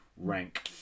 Rank